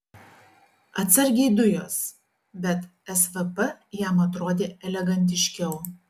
atsargiai dujos bet svp jam atrodė elegantiškiau